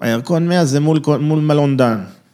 הירקון 100 זה מול קו מול מלון דן